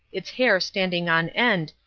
its hair standing on end,